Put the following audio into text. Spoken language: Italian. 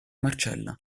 marcella